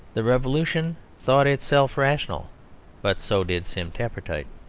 the revolution thought itself rational but so did sim tappertit.